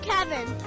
Kevin